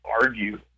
argue